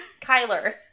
Kyler